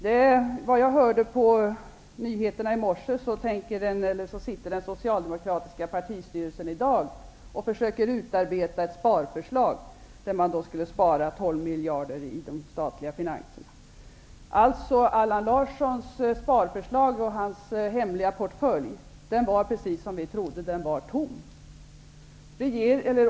Enligt det jag hörde på nyheterna i morse sitter den socialdemokratiska partistyrelsen i dag och försöker utarbeta ett sparförslag för att spara 12 miljarder i de statliga finanserna. Allan Larsson hade inga sparförslag. Hans hemliga portfölj var, precis som vi trodde, tom.